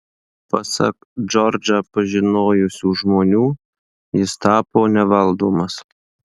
pasak džordžą pažinojusių žmonių jis tapo nevaldomas